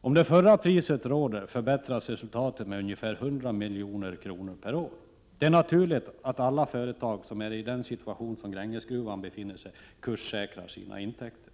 Om den förra kursen råder förbättras resultatet med ungefär 100 milj.kr. per år. Det är naturligt att alla företag som befinner sig i samma situation som Grängesgruvan kurssäkrar sina intäkter.